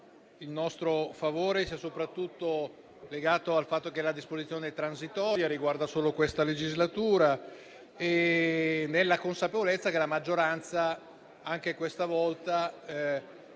il nostro favore sia soprattutto legato al fatto che la disposizione transitoria riguarda solo l'attuale legislatura. Vi è poi una consapevolezza che riguarda la maggioranza: anche questa volta,